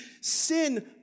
sin